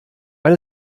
weil